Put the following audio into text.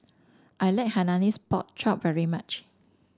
I like Hainanese Pork Chop very much